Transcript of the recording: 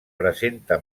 presenta